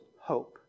hope